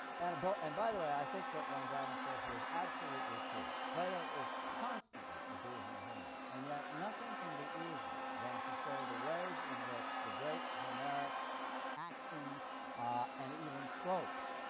and but and by the way, i think what longinus says here is absolutely true plato is constantly abusing homer, and yet nothing can be easier than to show the ways in which the great homeric actions ah and even tropes